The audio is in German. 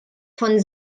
von